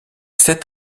sept